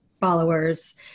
followers